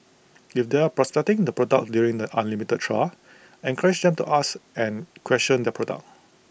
if they are prospecting the product during the unlimited trial encourage them to ask and question the product